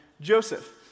Joseph